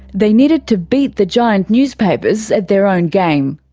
they needed to beat the giant newspapers at their own game.